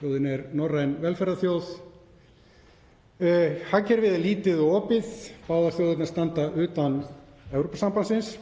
og hún er norræn velferðarþjóð. Hagkerfið er lítið og opið og báðar þjóðirnar standa utan Evrópusambandsins.